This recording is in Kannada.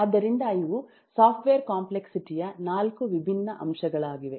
ಆದ್ದರಿಂದ ಇವು ಸಾಫ್ಟ್ವೇರ್ ಕಾಂಪ್ಲೆಕ್ಸಿಟಿ ಯ ನಾಲ್ಕು ವಿಭಿನ್ನ ಅಂಶಗಳಾಗಿವೆ